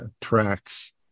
tracks